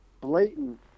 blatant